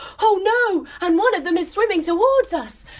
oh no. and one of them is swimming towards us.